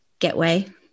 getway